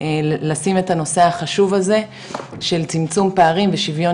לשים את הנושא החשוב הזה של צמצום פערים ושוויון